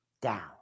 Down